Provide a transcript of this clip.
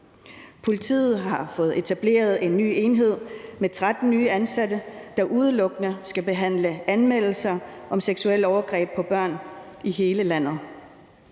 Politiet har fået etableret en ny enhed med 13 nye ansatte, der udelukkende skal behandle anmeldelser om seksuelle overgreb på børn i hele landet.